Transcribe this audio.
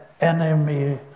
enemy